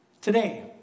Today